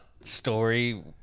story